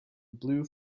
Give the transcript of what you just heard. blue